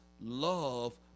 Love